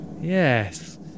Yes